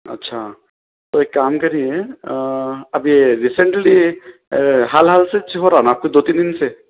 اچھا تو ایک کام کریے ابھی ریسینٹلی حال حال سیچ ہو رہا ہے نا آپ کو دو تین دن سے